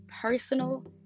personal